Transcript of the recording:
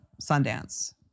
Sundance